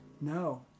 No